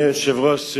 אדוני היושב-ראש,